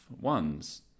ones